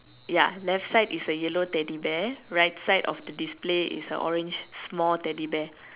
ya left side is yellow teddy bear right side of the display is a orange small teddy bear